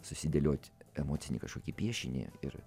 susidėliot emocinį kažkokį piešinį ir